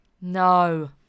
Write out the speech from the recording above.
No